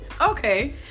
Okay